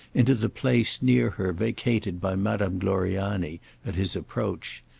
into the place near her vacated by madame gloriani at his approach.